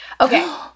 Okay